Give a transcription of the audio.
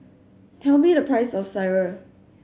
tell me the price of Sireh